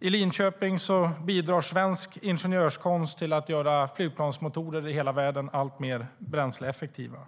I Linköping bidrar svensk ingenjörskonst till att göra flygplansmotorer över hela världen alltmer bränsleeffektiva.